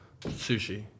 Sushi